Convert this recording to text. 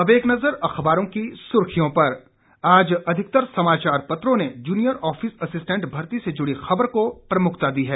अब एक नजर अखबारों की सुर्खियों पर आज अधिकतर समाचार पत्रों ने जूनियर ऑफिस असिस्टेंट भर्ती से जूड़ी खबर को प्रमुखता दी है